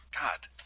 God